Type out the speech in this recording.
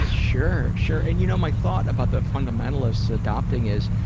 sure, sure. and you know my thought about the fundamentalist adopting is,